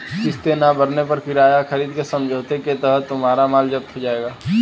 किस्तें ना भरने पर किराया खरीद के समझौते के तहत तुम्हारा माल जप्त हो जाएगा